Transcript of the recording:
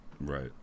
right